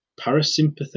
parasympathetic